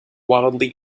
wildly